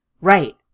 Right